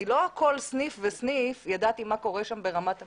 לא ידעתי מה קורה בכל סניף וסניף ברמת המיקרו.